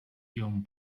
iom